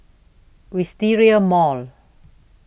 Wisteria Mall